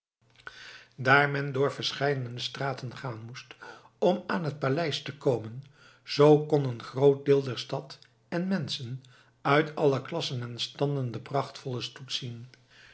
daar men door verscheidene straten gaan moest om aan het paleis te komen zoo kon een groot deel der stad en menschen uit alle klassen en standen den prachtvollen stoet zien